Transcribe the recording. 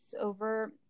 over